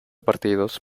partidos